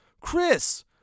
chris